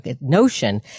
notion